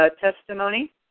testimony